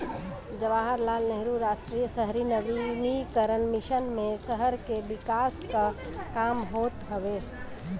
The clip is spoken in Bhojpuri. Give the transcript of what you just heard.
जवाहरलाल नेहरू राष्ट्रीय शहरी नवीनीकरण मिशन मे शहर के विकास कअ काम होत हवे